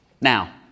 Now